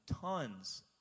tons